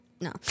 No